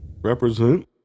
Represent